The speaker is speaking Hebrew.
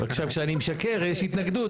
וכשאני משקר יש התנגדות,